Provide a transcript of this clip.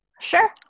Sure